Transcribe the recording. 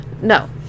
No